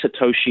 Satoshi